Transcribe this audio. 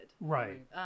right